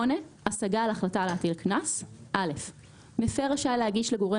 השגה על החלטה להטיל קנס מפר רשאי להגיש לגורם